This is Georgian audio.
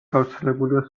გავრცელებულია